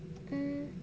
mm